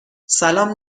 سلام